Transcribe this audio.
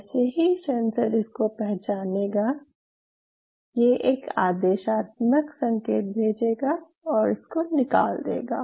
जैसे ही सेंसर इसको पहचानेगा ये एक आदेशात्मक संकेत भेजेगा और इसको निकाल देगा